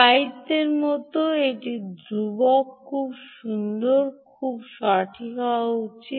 স্থায়িত্বের মতো এটি ধ্রুব সুন্দর খুব সঠিক হওয়া উচিত